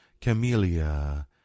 Camellia